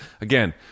Again